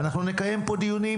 אנחנו גם נקיים פה דיוני